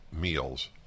meals